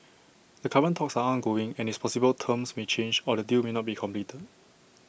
the current talks are ongoing and it's possible terms may change or the deal may not be completed